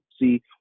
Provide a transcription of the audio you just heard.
See